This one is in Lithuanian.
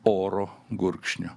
oro gurkšniu